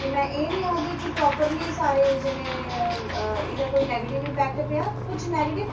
ते में एह् निं आखदी कि प्रोपरली सारे जने एह्दा कोई नैगिटिव इम्पैक्ट पेआ कुछ नैगेटिव